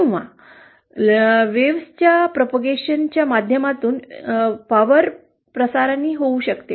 किंवा लाटांच्या प्रसाराच्या माध्यमातून वीज प्रसारणही होऊ शकते